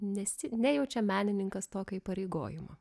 ne nesi nejaučia menininkas tokio įpareigojimo